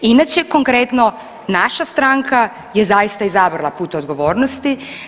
Inače konkretno naša stranka je zaista izabrala put odgovornosti.